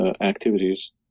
activities